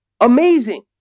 Amazing